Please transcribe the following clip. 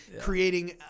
creating